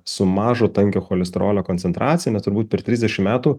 su mažo tankio cholesterolio koncentracijanes turbūt per trisdešim metų